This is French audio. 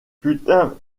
putain